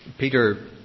Peter